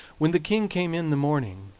when the king came in the morning,